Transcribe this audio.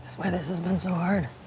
why this has been so hard.